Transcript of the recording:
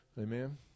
amen